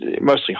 mostly